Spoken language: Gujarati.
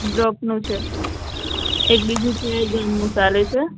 ગ્રુપનું છે એક બીજું છે એ જમનું ચાલે છે